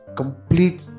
complete